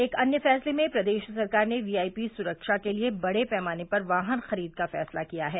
एक अन्य फैंसले में प्रदेश सरकार ने वीआईपी सुरक्षा के लिये बड़े पैमाने पर वाहन खरीद का फैसला लिया है